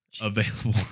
Available